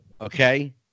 Okay